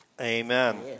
Amen